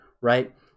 right